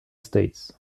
states